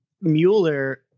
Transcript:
Mueller